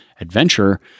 adventure